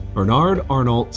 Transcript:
bernard arnault,